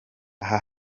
aha